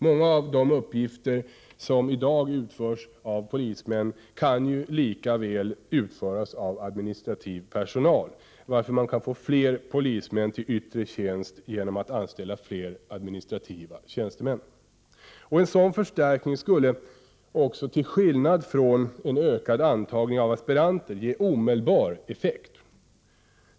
Många av de uppgifter som i dag utförs av polismän kan ju lika väl utföras av administrativ personal, varför man kan få fler polismän till yttre tjänst genom att anställa flera administrativa tjänstemän. En sådan förstärkning skulle, till skillnad från ökad antagning av aspiranter, ge omedelbar effekt.